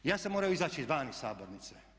Ja sam morao izaći van iz sabornice.